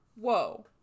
Whoa